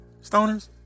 stoners